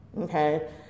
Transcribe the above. okay